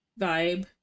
vibe